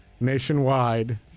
Nationwide